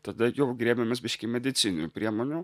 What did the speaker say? tada jau griebiamės biškį medicininių priemonių